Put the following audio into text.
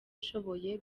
ishoboye